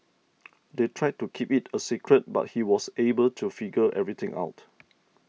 they tried to keep it a secret but he was able to figure everything out